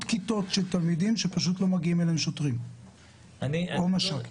כיתות של תלמידים שפשוט לא מגיעים אליהן שוטרים או מש"קים.